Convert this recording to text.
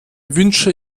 wünsche